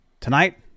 Tonight